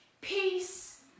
peace